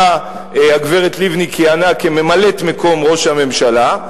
הגברת לבני כיהנה כממלאת-מקום ראש הממשלה,